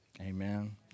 Amen